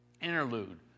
Interlude